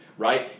Right